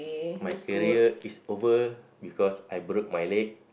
my career is over because I broke my leg